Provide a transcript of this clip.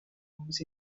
homes